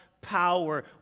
power